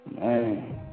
Man